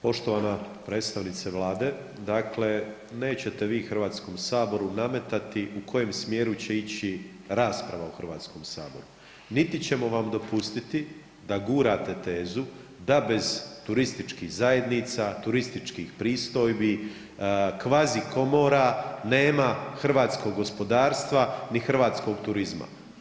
Poštovana predstavnice Vlade dakle nećete vi HS-u nametati u kojem smjeru će ići rasprava u HS-u, niti ćemo vam dopustiti da gurate tezu da bez turističkih zajednica, turističkih pristojbi, kvazi komora nema hrvatskog gospodarstva ni hrvatskog turizma.